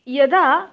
यदा